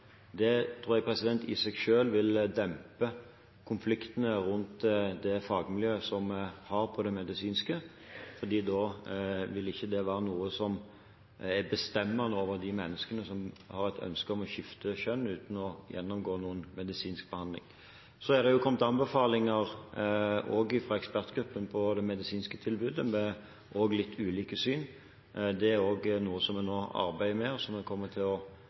Det tror jeg i seg selv vil dempe konfliktene rundt det fagmiljøet som vi har innen det medisinske, for da vil det ikke være noe som er bestemmende for de menneskene som har et ønske om å skifte kjønn uten å gjennomgå medisinsk behandling. Det har kommet anbefalinger, også fra ekspertgruppen, om det medisinske tilbudet, med litt ulike syn. Det er også noe som vi nå arbeider med, og som vi kommer til å